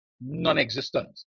non-existent